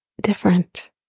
different